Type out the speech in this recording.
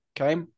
Okay